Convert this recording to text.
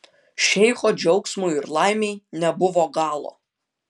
šeicho džiaugsmui ir laimei nebuvo galo